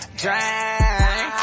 drink